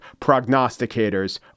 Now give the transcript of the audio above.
prognosticators